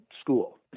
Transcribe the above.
school